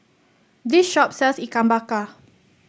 this shop sells Ikan Bakar